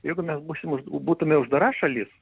jeigu mes būsim būtume uždara šalis